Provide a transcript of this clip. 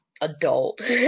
adult